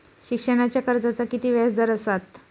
शिक्षणाच्या कर्जाचा किती व्याजदर असात?